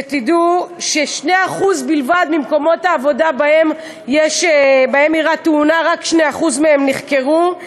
שרק 2% ממקומות העבודה שבהם אירעה תאונה נחקרו.